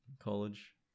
college